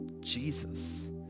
Jesus